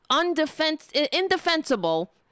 indefensible